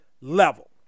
level